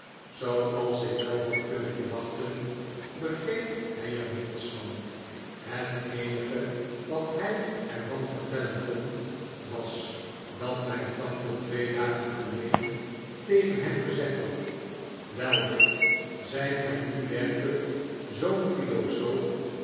zooals ik wel had kunnen verwachten begreep hij er niets van het eenige wat hij er van vertellen kon was dat mijn tante twee dagen geleden tegen hem gezegd had wel dick zijt ge nu werkelijk zoo'n philosoof